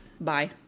bye